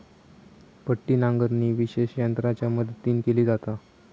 पट्टी नांगरणी विशेष यंत्रांच्या मदतीन केली जाता